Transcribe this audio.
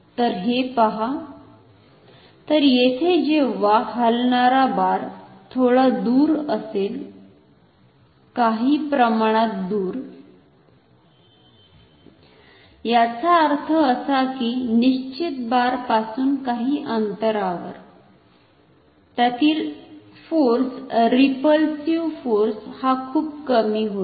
तर हे पहा तर येथे जेव्हा हलणारा बार थोडा दूर असेल काही प्रमाणात दूर याचा अर्थ असा की निश्चित बार पासून काही अंतरावर त्यातील फोर्स रिपलसिव्ह फोर्स हा खूप कमी होईल